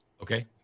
Okay